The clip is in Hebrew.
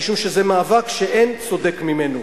משום שזה מאבק שאין צודק ממנו.